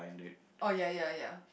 oh ya ya ya